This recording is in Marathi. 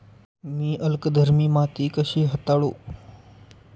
मी अल्कधर्मी माती कशी हाताळू?